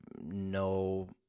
no